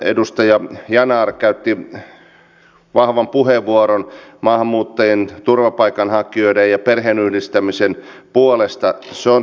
olemme laatineet ensi vuoden talousarviota talouden toimintaympäristössä josta ei todellakaan puutu haasteita